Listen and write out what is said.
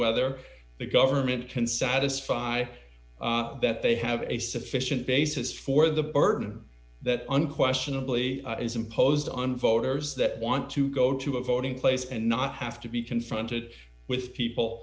whether the government can satisfy that they have a sufficient basis for the burden that unquestionably is imposed on voters that want to go to a voting place and not have to be confronted with people